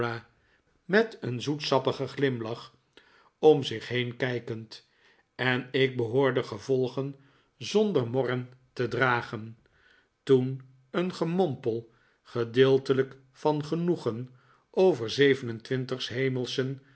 met een zoetsappigen glimlach om zich heen kijkend en ik behoor de gevolgen zonder morren te dragen toen een gemompel gedeeltelijk van genoegen over zeven en